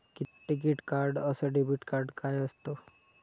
टिकीत कार्ड अस debit card काय असत?